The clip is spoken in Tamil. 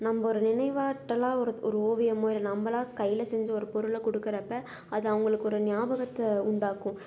நம்ம ஒரு நினைவாற்றலாக ஒரு ஒரு ஓவியமோ இல்லை நம்மளா கையில் செஞ்ச ஒரு பொருளை கொடுக்குறப்ப அது அவங்களுக்கு ஒரு ஞாபகத்தை உண்டாக்கும்